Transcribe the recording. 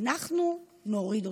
אנחנו נוריד אותו.